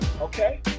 Okay